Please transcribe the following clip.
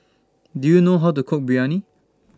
Do YOU know How to Cook Biryani